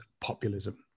Populism